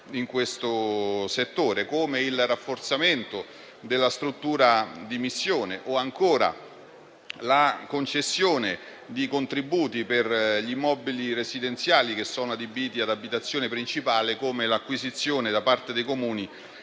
nel settore; il rafforzamento della struttura di missione o ancora la concessione di contributi per gli immobili residenziali adibiti ad abitazione principale; nonché l'acquisizione, da parte dei Comuni,